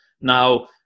Now